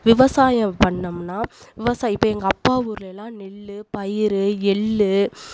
விவசாயம் பண்ணோம்னால் விவசாயி இப்போ எங்கள் அப்பா ஊர்லயெல்லாம் நெல் பயிறு எள்ளு